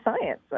science